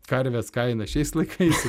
karvės kainą šiais laikais